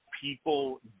People